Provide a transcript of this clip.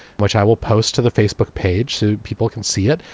which i will post to the facebook page so people can see it.